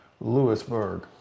Lewisburg